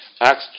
Acts